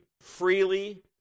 freely